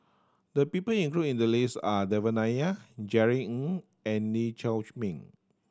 the people include in the list are Devan Nair Jerry Ng and Lee Chiaw Meng